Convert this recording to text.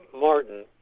Martin